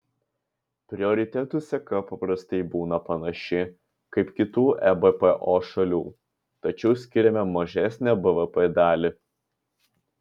prioritetų seka paprastai būna panaši kaip kitų ebpo šalių tačiau skiriame mažesnę bvp dalį